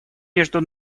между